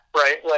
right